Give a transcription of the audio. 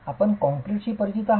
आपण कॉंक्रीटशी परिचित आहात